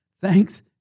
Thanks